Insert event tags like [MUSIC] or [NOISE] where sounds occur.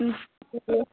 [UNINTELLIGIBLE]